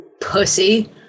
pussy